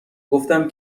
گفتم